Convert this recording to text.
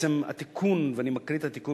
בעצם התיקון ואני מקריא את התיקון